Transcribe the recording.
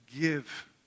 give